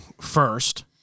first